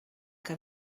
que